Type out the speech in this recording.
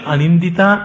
Anindita